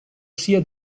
sia